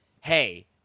hey